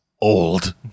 old